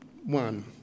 One